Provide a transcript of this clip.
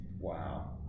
Wow